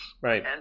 right